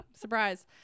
Surprise